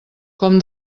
com